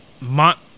Mont